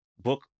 book